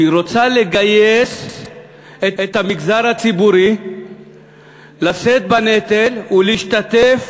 שהיא רוצה לגייס את המגזר הציבורי לשאת בנטל ולהשתתף